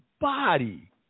body